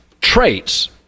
Traits